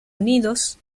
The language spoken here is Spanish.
unidos